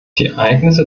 ereignisse